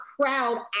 crowd